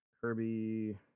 Kirby